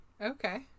Okay